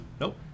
Nope